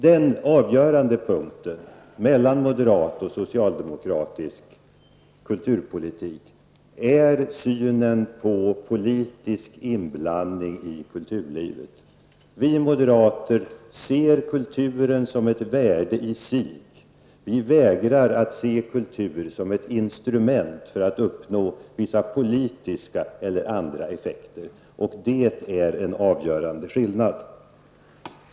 Den avgörande punkt där moderat och socialdemokratisk kulturpolitik skiljer sig åt är i synen på politisk inblandning i kulturlivet. Vi moderater ser kulturen som ett värde i sig. Vi vägrar att se kultur som ett instrument för att uppnå vissa politiska eller andra effekter, och det är en avgörande skillnad.